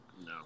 No